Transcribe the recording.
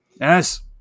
Yes